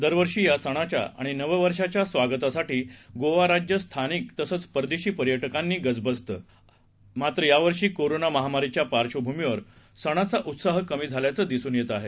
दरवर्षीयासणाच्याआणि नववर्षाच्या स्वागतासाठी गोवा राज्य स्थानिकतसंचपरदेशीपर्यटकांनीगजबजतंमात्रयावर्षीकोरोना महामारीच्यापार्श्वभूमीवरसणाचाउत्साहकमीझाल्याचंदिसूनयेतआहे